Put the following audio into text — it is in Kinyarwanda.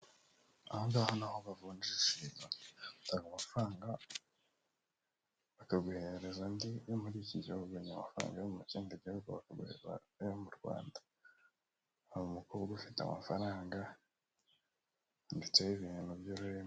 Aho ngaho naho bavunjishitanga amafaranga, bakaguherereza andi yo muri iki gihugu. n'amafaranga yo mu kindi gihugu bakaguhereza ayo mu Rwanda. Hari umukobwa ufite amafaranga ndetse n'ibintu, by'ururimi.